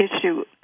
issue